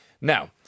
Now